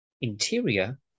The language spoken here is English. Interior